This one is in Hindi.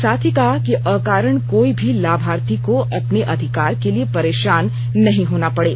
साथ ही कहा कि अकारण कोई भी लाभार्थी को अपने अधिकार के लिए परेशान नहीं होना पड़े